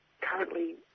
currently